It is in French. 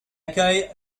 accueille